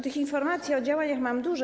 Tych informacji o działaniach mam dużo.